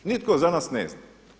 Nitko za nas ne zna.